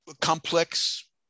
complex